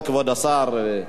כבוד השר,